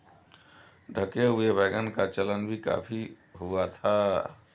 ढके हुए वैगन का चलन भी काफी हुआ था